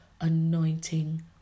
anointing